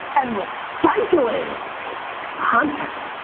and recycling content.